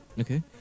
Okay